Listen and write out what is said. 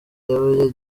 yaba